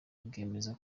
bwemeza